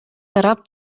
тарап